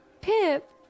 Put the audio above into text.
Pip